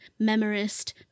memorist